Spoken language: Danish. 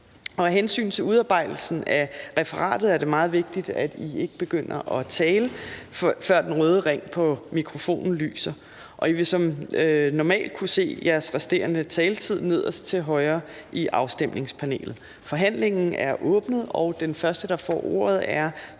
Af hensyn til udarbejdelsen af referatet er det meget vigtigt, at I ikke begynder at tale, før den røde ring på mikrofonen lyser. Og I vil som normalt kunne se jeres resterende taletid nederst til højre i afstemningspanelet. Forhandlingen er åbnet, og den første, der får ordet, er